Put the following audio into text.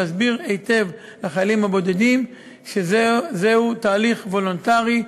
להסביר היטב לחיילים הבודדים שזה תהליך וולונטרי,